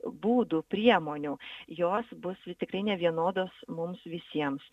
būdų priemonių jos bus tikrai nevienodos mums visiems